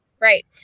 Right